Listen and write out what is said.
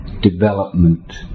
development